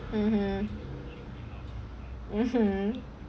mmhmm